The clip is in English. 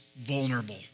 vulnerable